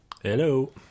Hello